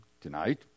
tonight